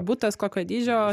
butas kokio dydžio